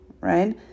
right